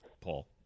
Paul